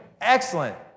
excellent